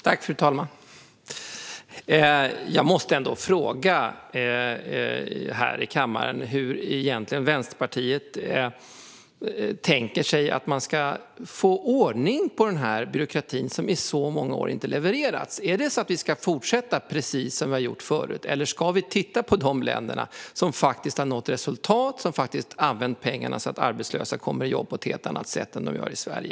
Fru talman! Jag måste fråga här i kammaren hur Vänsterpartiet egentligen tänker sig att man ska få ordning på den byråkrati som i många år inte har levererat. Ska vi fortsätta precis som vi har gjort förut, eller ska vi titta på de länder som faktiskt har nått resultat och som har använt pengarna så att arbetslösa kommer i jobb på ett helt annat sätt än i Sverige?